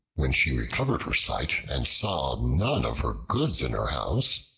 when she recovered her sight and saw none of her goods in her house,